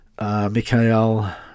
Mikhail